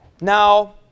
Now